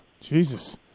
Jesus